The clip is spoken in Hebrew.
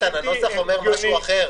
איתן, הנוסח אומר משהו אחר.